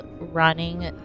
running